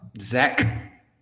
Zach